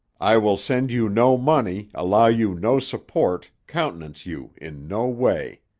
i will send you no money, allow you no support, countenance you in no way.